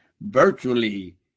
virtually